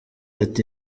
ati